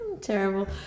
Terrible